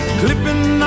clipping